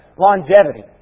longevity